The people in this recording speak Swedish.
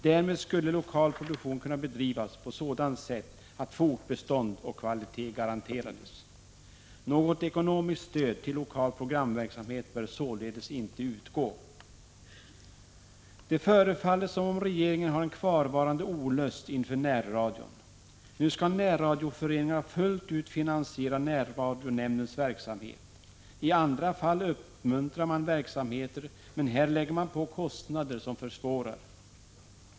Därmed skulle lokal produktion kunna bedrivas på sådant sätt att fortbestånd och kvalitet garanterades. Något ekonomiskt stöd till lokal programverksamhet bör således inte utgå. Det förefaller som om det hos regeringen finns kvar en olust inför närradion. Nu skall närradioföreningarna fullt ut finansiera närradionämndens verksamhet. I andra fall uppmuntrar man verksamheter, men här lägger man på kostnader som försvårar.